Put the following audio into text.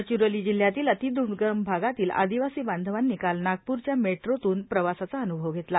गडचिरोली जिल्ह्यातील अतिद्वर्गम भागातील आदिवासी बांधवांनी काल नागपूरच्या मेट्रोतून प्रवासाचा अव्रभव घेतला